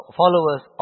followers